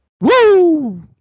Woo